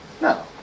No